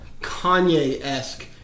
Kanye-esque